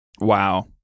Wow